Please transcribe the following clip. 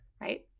right